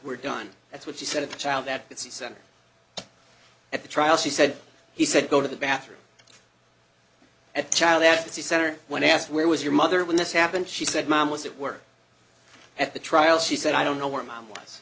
were done that's what she said of the child that it's at the trial she said he said go to the bathroom at child at the center when asked where was your mother when this happened she said mom was at work at the trial she said i don't know where mom was